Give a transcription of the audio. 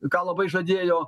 ką labai žadėjo